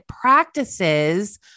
practices